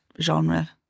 genre